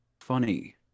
funny